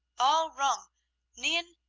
all wrong nein!